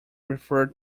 referred